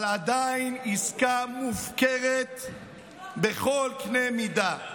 אבל עדיין עסקה מופקרת בכל קנה מידה.